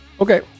Okay